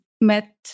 met